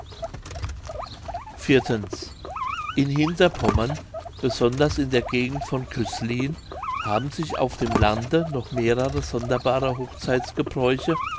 in hinterpommern besonders in der gegend von cöslin haben sich auf dem lande noch mehrere sonderbare